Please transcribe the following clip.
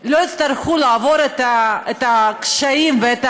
הם לא יצטרכו לעבור את הקשיים ואת